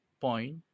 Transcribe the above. point